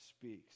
speaks